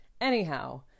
Anyhow